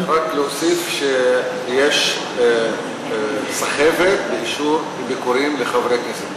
רק להוסיף שיש סחבת באישור ביקורים לחברי כנסת,